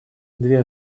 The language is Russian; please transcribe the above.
две